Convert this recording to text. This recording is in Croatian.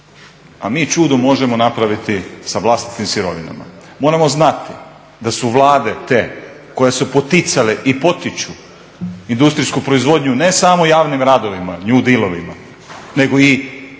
a mi čudo možemo napraviti sa vlastitim sirovinama. Moramo znati da su Vlade te koje su poticale i potiču industrijsku proizvodnju ne samo javnim radovima new dealovima nego i u